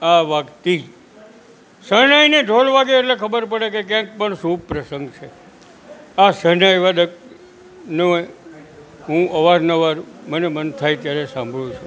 આ વાગતી શરણાઈ ને ઢોલ વાગે એટલે ખબર પડે કે ક્યાંક પણ શુભ પ્રસંગ છે આ શરણાઈવાદકનું હું અવારનવાર મને મન થાય ત્યારે સાંભળું છું